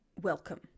welcome